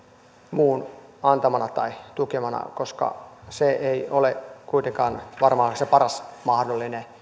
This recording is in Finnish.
muun antamana tai tukemana koska se ei ole kuitenkaan varmaan se paras mahdollinen